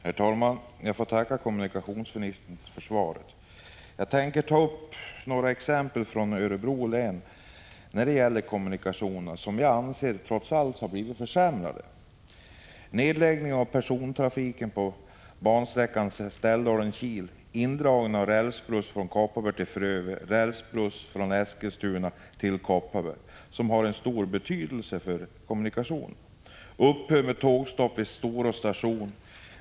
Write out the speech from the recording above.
Herr talman! Jag får tacka kommunikationsministern för svaret. Jag tänker ta några exempel från Örebro län när det gäller kommunikationerna som jag anser trots allt blivit försämrade. Vi har fått nedläggning av persontrafiken på bansträckan Ställdalen-Kil, indragning av rälsbussen från Kopparberg till Frövi och från Eskilstuna till Kopparberg, som har en stor betydelse för kommunikationen. Man har också upphört med tågstopp vid Storå station.